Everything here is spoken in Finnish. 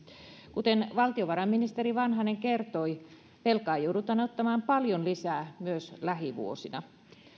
kuten valtiovarainministeri vanhanen kertoi velkaa joudutaan ottamaan paljon lisää myös lähivuosina